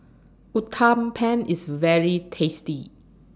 Uthapam IS very tasty